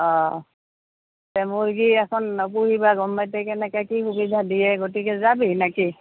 অঁ তে মুৰ্গী এখন পুহিব বা গৱৰ্ণমেণ্টে কেনেকৈ কি সুবিধা দিয়ে গতিকে যাবি নেকি